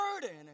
burden